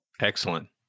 excellent